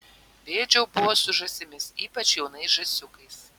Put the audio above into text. bėdžiau buvo su žąsimis ypač jaunais žąsiukais